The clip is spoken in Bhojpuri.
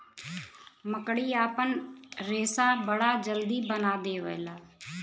मकड़ी आपन रेशा बड़ा जल्दी बना देवला